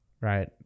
right